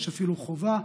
יש אפילו חובה.